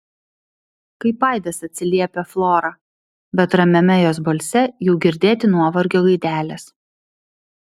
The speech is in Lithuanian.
kaip aidas atsiliepia flora bet ramiame jos balse jau girdėti nuovargio gaidelės